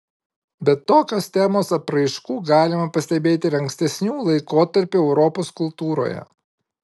bet tokios temos apraiškų galima pastebėti ir ankstesnių laikotarpių europos kultūroje